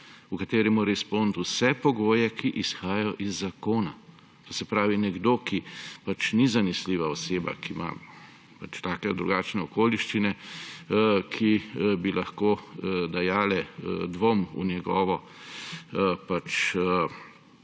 v katerem mora izpolniti vse pogoje, ki izhajajo iz zakona. To se pravi, nekdo, ki ni zanesljiva oseba, ki ima take ali drugačne okoliščine, ki bi lahko dajale dvom v njegovo